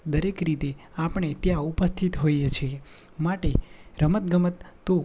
દરેક રીતે આપણે ત્યાં ઉપસ્થિત હોઇએ છીએ માટે રમત ગમત તો